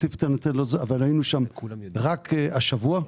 היינו השבוע לא